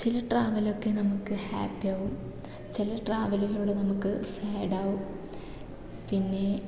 ചില ട്രാവലൊക്കെ നമുക്ക് ഹാപ്പി ആവും ചില ട്രാവലിലൂടെ നമുക്ക് സാഡാവും പിന്നേ